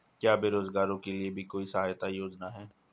क्या बेरोजगारों के लिए भी कोई सहायता योजना है?